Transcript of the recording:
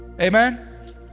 Amen